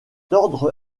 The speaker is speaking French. ordre